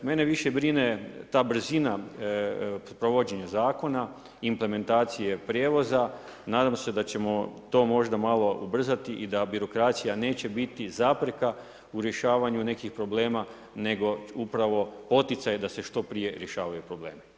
Mene više brine ta brzina provođenja zakona, implementacija prijevoza, nadam se da ćemo to možda malo ubrzati i da birokracija neće biti zapreka u rješavanju nekih problema, nego upravo poticaj da se što prije rješavaju problemi.